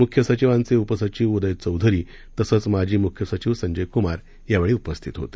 मुख्य सचिवांचे उपसचिव उदय चौधरी तसंच माजी मुख्य सचिव संजय कुमार यावेळी उपस्थित होते